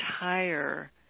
entire